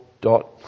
dot